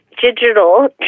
digital